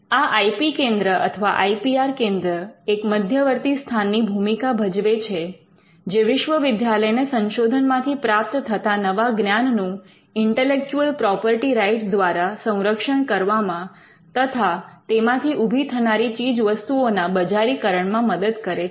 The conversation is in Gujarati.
આ આઇ પી કેન્દ્ર અથવા આઈ પી આર કેન્દ્ર એક મધ્યવર્તી સ્થાનની ભૂમિકા ભજવે છે જે વિશ્વવિદ્યાલયને સંશોધનમાંથી પ્રાપ્ત થતા નવા જ્ઞાનનું ઇન્ટેલેક્ચુઅલ પ્રોપર્ટી રાઇટ્સ દ્વારા સંરક્ષણ કરવામાં તથા તેમાંથી ઉભી થનારી ચીજવસ્તુઓના બજારીકરણમાં મદદ કરે છે